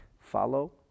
follow